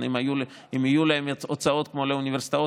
אם יהיו להן הוצאות כמו לאוניברסיטאות,